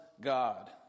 God